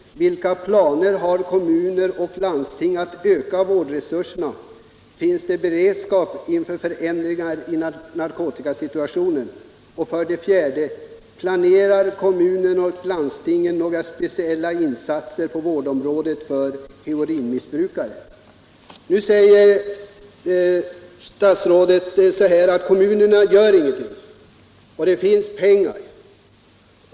Vilka planer har kommuner och landsting att öka vårdresurserna? Finns det beredskap inför förändringar i narkotikasituationen? Nu säger statsrådet att kommunerna gör ingenting och att det finns pengar.